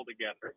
together